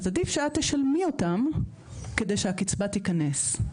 אז עדיף שאת תשלמי אותם, כדי שהקצבה תיכנס.